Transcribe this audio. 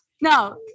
No